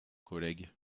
collègue